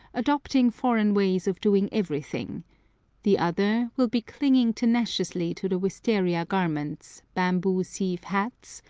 adopting foreign ways of doing everything the other will be clinging tenaciously to the wistaria garments, bamboo sieve-hats,